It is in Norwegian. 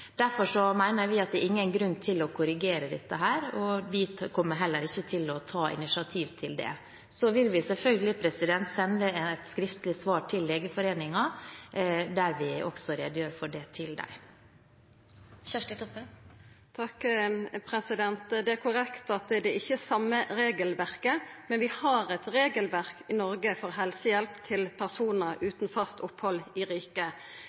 Derfor mener vi at det ikke er noen grunn til å korrigere dette, og vi kommer heller ikke til å ta initiativ til det. Så vil vi selvfølgelig sende et skriftlig svar til Legeforeningen, der vi også redegjør for dette. Det er korrekt at det ikkje er det same regelverket, men vi har eit regelverk i Noreg for helsehjelp til personar utan fast opphald i riket.